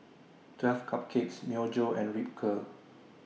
twelve Cupcakes Myojo and Ripcurl